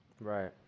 Right